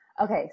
Okay